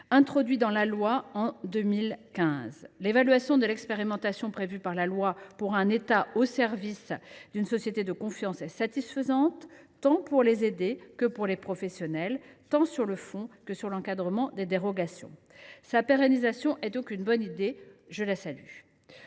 introduit dans la loi en 2015. L’évaluation de l’expérimentation prévue par la loi du 10 août 2018 pour un État au service d’une société de confiance est satisfaisante pour les personnes aidées comme pour les professionnels, tant sur le fond que sur l’encadrement des dérogations. Sa pérennisation est donc une bonne idée ; je la salue.